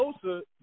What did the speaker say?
closer